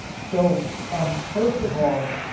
so um first of all,